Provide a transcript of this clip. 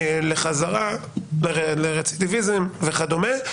לרצידביזם וכדומה.